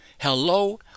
Hello